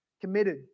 committed